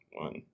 One